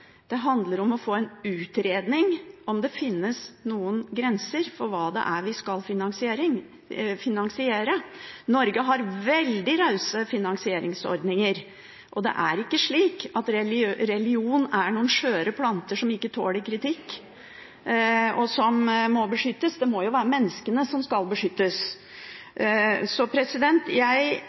Det handler om å få en utredning av om det finnes noen grenser for hva vi skal finansiere. Norge har veldig rause finansieringsordninger, og det er ikke slik at religioner er noen skjøre planter som ikke tåler kritikk, og som må beskyttes. Det må jo være menneskene som skal beskyttes. Jeg